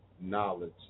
knowledge